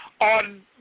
on